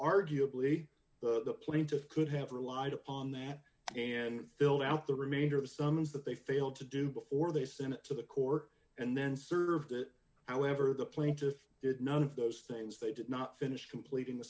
arguably the plaintiff could have relied upon that and filled out the remainder of the summons that they failed to do before they sent it to the court and then served it however the plaintiff did none of those things they did not finish completing